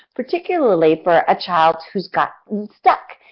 particularly for a child who has gotten stuck.